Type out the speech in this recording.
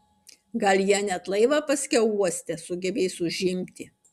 gal jie net laivą paskiau uoste sugebės užimti